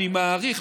אני מעריך,